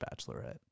Bachelorette